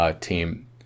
team